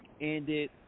ended